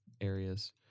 areas